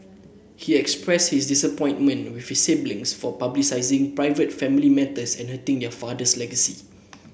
he expressed his disappointment with his siblings for publicising private family matters and hurting their father's legacy